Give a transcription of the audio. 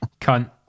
cunt